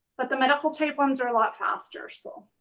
but the medical tape ones are a lot faster. so